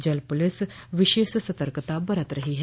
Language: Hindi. जल पुलिस विशेष सर्तकता बरत रहो है